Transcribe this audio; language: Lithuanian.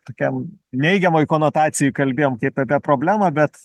tokiam neigiamoj konotacijoj kalbėjom kaip apie problemą bet